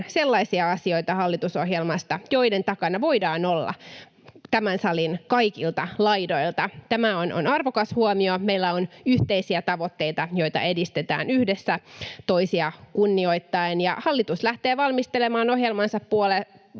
sellaisia asioita, joiden takana voidaan olla tämän salin kaikilta laidoilta. Tämä on arvokas huomio. Meillä on yhteisiä tavoitteita, joita edistetään yhdessä, toisia kunnioittaen, ja hallitus lähtee nyt valmistelemaan ohjelmansa pohjalta